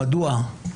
מדוע.